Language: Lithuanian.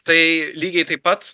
tai lygiai taip pat